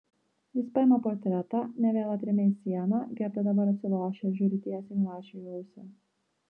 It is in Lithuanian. jis paima portretą ne vėl atremia į sieną gerda dabar atsilošia ir žiūri tiesiai milašiui į ausį